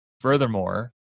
furthermore